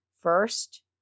First